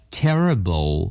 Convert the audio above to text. terrible